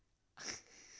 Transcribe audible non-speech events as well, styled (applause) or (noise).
(laughs)